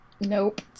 Nope